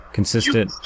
Consistent